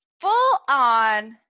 full-on